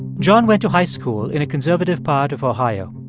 john went to high school in a conservative part of ohio.